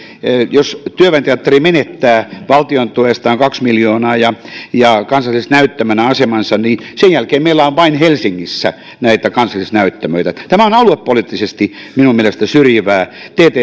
jos työväen teatteri menettää valtion tuestaan kaksi miljoonaa ja ja kansallisnäyttämön asemansa niin sen jälkeen meillä on vain helsingissä näitä kansallisnäyttämöitä tämä on aluepoliittisesti minun mielestäni syrjivää